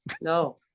No